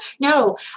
No